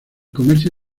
comercio